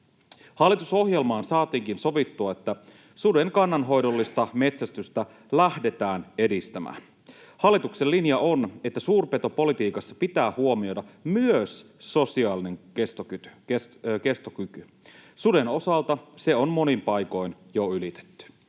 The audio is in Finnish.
Hallitusohjelmaan saatiinkin sovittua, että suden kannanhoidollista metsästystä lähdetään edistämään. Hallituksen linja on, että suurpetopolitiikassa pitää huomioida myös sosiaalinen kestokyky. Suden osalta se on monin paikoin jo ylitetty.